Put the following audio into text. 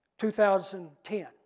2010